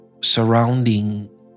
surrounding